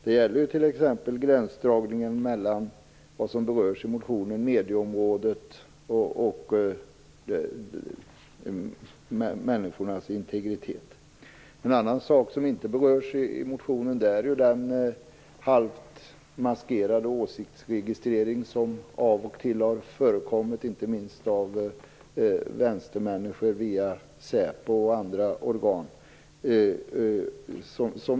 Det gäller t.ex. gränsdragningen mellan medieområdet och människornas integritet, som berörs i motionen. En annan sak som inte berörs i motionen är den halvt maskerade åsiktsregistrering som av och till har förekommit inte minst av vänstermänniskor via Säpo och andra organ.